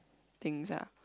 things lah